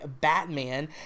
Batman